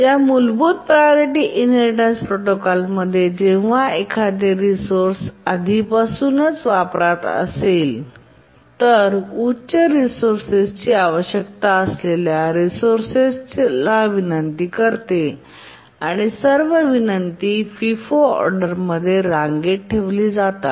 या मूलभूत priority inheritance protocol मध्ये जेव्हा एखादे रिसोर्सेस आधीपासून वापरात असेल तेव्हा उच्च रिसोर्सेस ची आवश्यकता असलेल्या रिसोर्सेस स विनंती करते आणि सर्व विनंती फिफो ऑर्डर मध्ये रांगेत ठेवली जातात